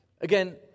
Again